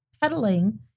pedaling